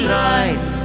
life